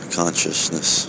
consciousness